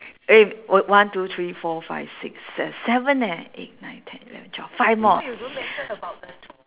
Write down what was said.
eh one two three four five six se~ seven eh eight nine ten eleven twelve five more